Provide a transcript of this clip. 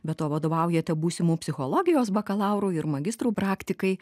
be to vadovaujate būsimų psichologijos bakalaurų ir magistrų praktikai